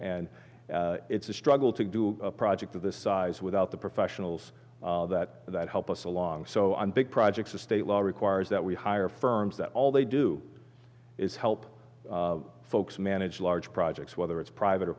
and it's a struggle to do a project of this size without the professionals that that help us along so i'm big projects the state law requires that we hire firms that all they do is help folks manage large projects whether it's private or